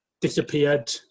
disappeared